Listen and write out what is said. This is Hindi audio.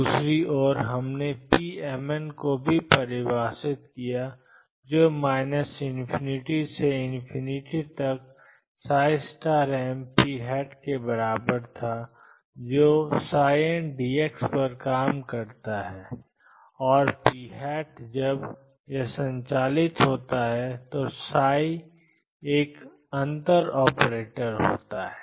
दूसरी ओर हमने pmn को भी परिभाषित किया जो ∞ से mp के बराबर था जो ndx पर कार्य करता है और p जब यह संचालित होता है तो एक अंतर ऑपरेटर होता है